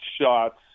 shots